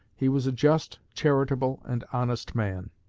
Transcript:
he was a just, charitable, and honest man.